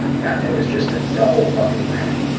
god, that is just a double fucking whammy.